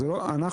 אנחנו